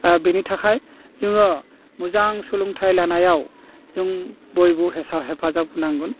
बिनि थाखाय जोङो मुजां सोलोंथाइ लानायाव जों बयबो हेसा हेफाजाब होनांगोन